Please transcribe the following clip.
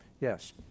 yes